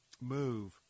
move